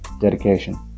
dedication